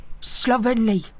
slovenly